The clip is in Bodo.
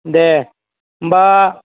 दे होमबा